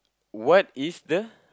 what is the